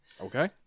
Okay